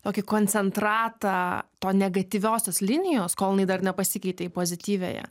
tokį koncentratą to negatyviosios linijos kol jinai dar nepasikeitė į pozityviąją